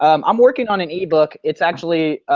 um i'm working on an ebook. it's actually.